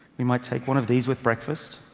we might take one of these with breakfast,